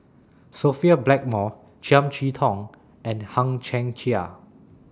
Sophia Blackmore Chiam See Tong and Hang Chang Chieh